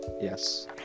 Yes